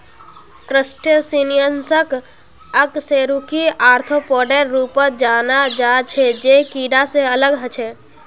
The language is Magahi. क्रस्टेशियंसक अकशेरुकी आर्थ्रोपोडेर रूपत जाना जा छे जे कीडा से अलग ह छे